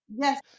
Yes